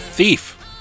thief